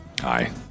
hi